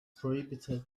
prohibited